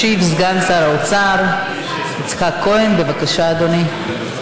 ישיב סגן שר האוצר יצחק כהן, בבקשה, אדוני.